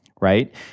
right